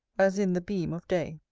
as in the beam of day.